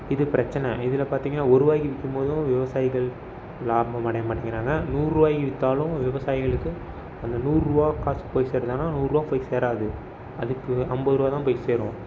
இது பிரச்சின இதில் பார்த்திங்கன்னா ஒரு ரூபாக்கி விற்கும் போதும் விவசாயிகள் லாபம் அடைய மாட்டேங்கிறாங்க நூறு ரூபாக்கி விற்றாலும் விவசாயிகளுக்கும் அந்த நூறு ரூபா காசு போய் சேருதான்னால் நூறு ரூபா போய் சேராது அதுக்கு ஐம்பது ரூபா தான் போய் சேரும்